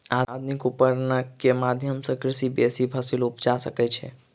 आधुनिक उपकरण के माध्यम सॅ कृषक बेसी फसील उपजा सकै छै